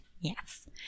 Yes